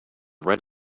read